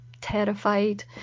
terrified